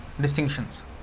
distinctions